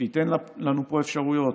שייתנו לנו פה אפשרויות,